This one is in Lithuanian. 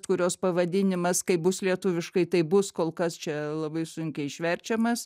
kurios pavadinimas kai bus lietuviškai tai bus kol kas čia labai sunkiai išverčiamas